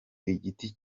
igiti